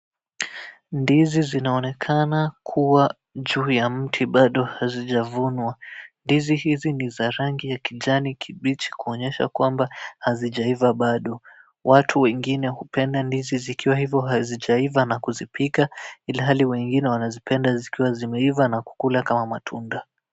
Ndizi zinaonekana kuwa juu ya mti bado hazijavunwa. Ndizi hizi ni za rangi ya kijani kibichi kuonyesha kwamba hazijaiva bado, watu wengine hupenda ndizi zikiwa hivo hazijaiva na kuzipika ilhali wengine wanazipenda zikiwa zimeiva na kukula kama matunda.